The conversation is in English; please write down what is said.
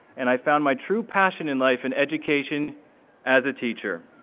and i found my true passion in life in education as a teacher.